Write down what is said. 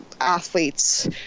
athletes